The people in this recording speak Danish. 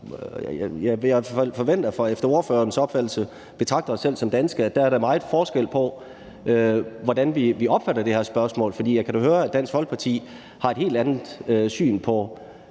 vi i hvert fald efter ordførerens opfattelse forventes at betragte os selv som danske, er der stor forskel på, hvordan vi opfatter det her spørgsmål. For jeg kan da høre, at Dansk Folkeparti har et helt andet syn på,